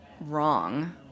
wrong